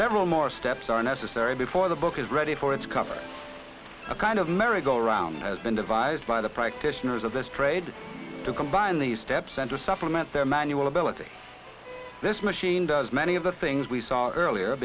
several more steps are necessary before the book is ready for its cover a kind of merry go round has been devised by the practitioners of this trade to combine the step center supplement their manual ability this machine does many of the things we saw earlier